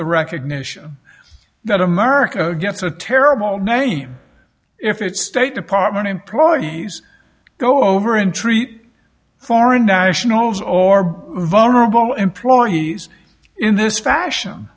the recognition that america gets a terrible name if its state department employees go over and treat foreign nationals or vulnerable employees in this fashion